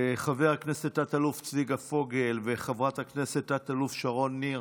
חבר הכנסת תת-אלוף צביקה פוגל וחברת הכנסת תת-אלוף שרון ניר.